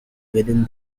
within